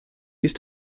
ist